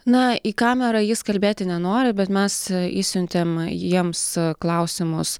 na į kamerą jis kalbėti nenori bet mes išsiuntėm jiems klausimus